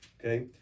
Okay